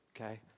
Okay